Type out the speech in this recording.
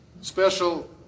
special